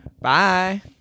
Bye